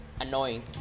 annoying